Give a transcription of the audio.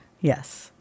Yes